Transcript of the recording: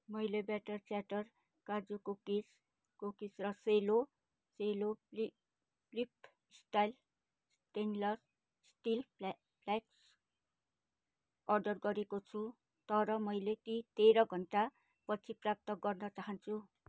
मैले butter chatter काजु cookies cookies र Cello Cello flip flip style stainless steel flask flask order गरेको छु तर मैले ती तेह्र घन्टापछि प्राप्त गर्न चाहन्छु